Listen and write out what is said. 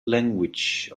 language